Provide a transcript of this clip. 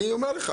אני אומר לך.